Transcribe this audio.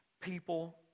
people